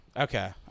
Okay